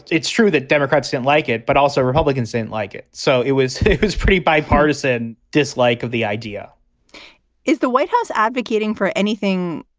it's true that democrats didn't like it. but also republicans didn't like it. so it was pretty bipartisan dislike of the idea is the white house advocating for anything,